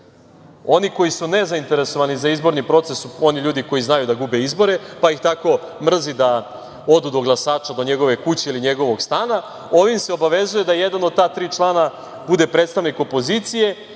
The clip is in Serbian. oni koji su nezainteresovani za izborni proces, oni ljudi koji znaju da gube izbore, pa ih tako mrzi da odu do glasača, do njegove kuće ili stana, ovim se obavezuje da jedan od ta tri člana bude predstavnik opozicije